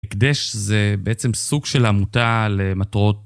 הקדש זה בעצם סוג של עמותה למטרות.